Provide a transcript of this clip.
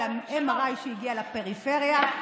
על ה-MRI שהגיע לפריפריה.